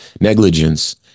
negligence